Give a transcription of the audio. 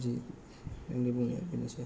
आंनि बुंनाया बेनोसै